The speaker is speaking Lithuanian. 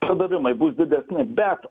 pardavimai bus didesni bet